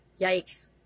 yikes